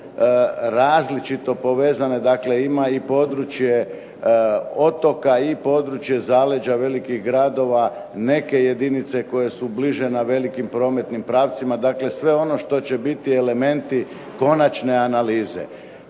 različito povezano, dakle ima i područje otoka i područje zaleđa, velikih gradova, neke jedinice koje su bliže na velikim prometnim pravcima. Dakle sve ono što će biti elementi konačne analize.